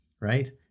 right